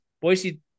Boise